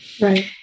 right